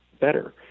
better